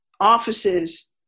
offices